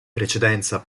precedenza